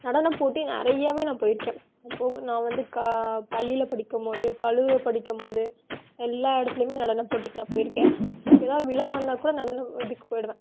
நடனப் போட்டி நிறையவே நான் போயிருக்கேன் போகு நான் வந்து கா பள்ளியில் படிக்கும்போது கல்லூரியில படிக்கும்போது எல்லா இடத்துலையுமே நடனப் போட்டிக்கு நான் போயிருக்கேன் இப்போ ஏதா விழா வந்தா கூட நடனம் இதற்கு போயிடுவேன்